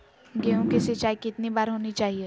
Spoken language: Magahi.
गेहु की सिंचाई कितनी बार होनी चाहिए?